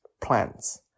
plants